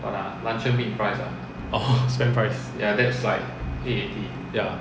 orh spam fries ya